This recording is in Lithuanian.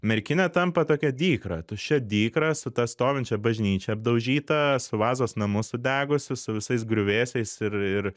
merkinė tampa tokia dykra tuščia dykra su ta stovinčia bažnyčia apdaužyta su vazos namu sudegusiu su visais griuvėsiais ir ir